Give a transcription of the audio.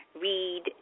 read